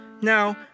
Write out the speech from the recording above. Now